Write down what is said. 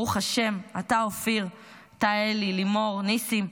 ברוך השם, אתה, אופיר, אתה, אלי, לימור, ניסים,